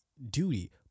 duty